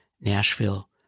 Nashville